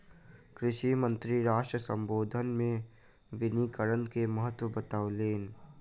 कृषि मंत्री राष्ट्र सम्बोधन मे वनीकरण के महत्त्व बतौलैन